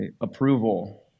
approval